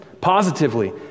positively